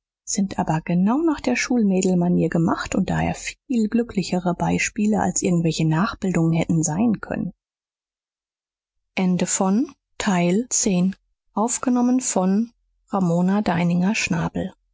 sind aber genau nach der schulmädelmanier gemacht und daher viel glücklichere beispiele als irgendwelche nachbildungen hätten sein können